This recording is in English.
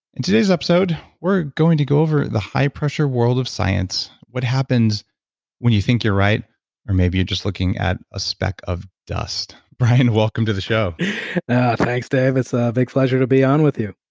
in today's episode, we're going to go over the high-pressure world of science. what happens when you think you're right or maybe you're just looking at a speck of dust brian, welcome to the show thanks, dave. it's a big pleasure to be on with you